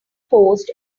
post